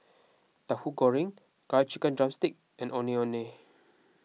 Tahu Goreng Curry Chicken Drumstick and Ondeh Ondeh